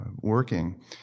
working